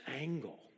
angle